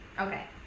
Okay